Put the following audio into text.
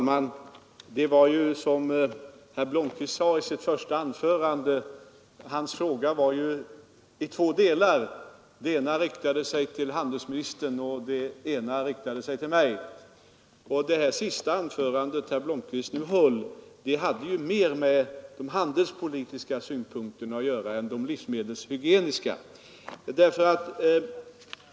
Fru talman! Som herr Blomkvist sade i sitt första anförande bestod hans fråga av två delar. Den ena riktar sig till handelsministern och den andra till mig. Det senaste anförandet som herr Blomkvist höll hade mer med de handelspolitiska synpunkterna att göra än med de livsmedelshygieniska.